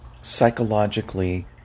psychologically